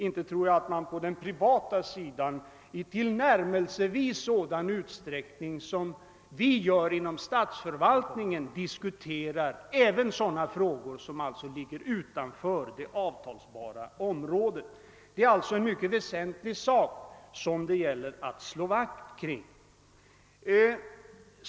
Jag tror inte att man på den privata sidan i tillnärmelsevis samma utsträckning som inom statsförvaltningen diskuterar även sådana frågor som ligger utanför det avtalbara området. Detta är en mycket väsentlig sak, som det gäller att slå vakt kring.